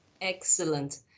Excellent